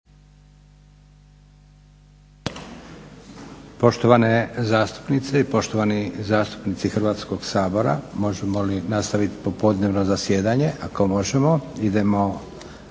Poštovane zastupnice i poštovani zastupnici Hrvatskog sabora možemo li nastaviti popodnevno zasjedanje? Ako možemo idemo